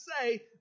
say